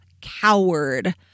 coward